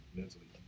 mentally